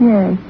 Yes